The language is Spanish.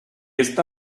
esta